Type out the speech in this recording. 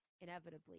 inevitably